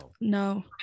No